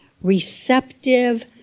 receptive